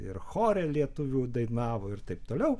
ir chore lietuvių dainavo ir taip toliau